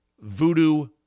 voodoo